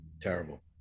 Terrible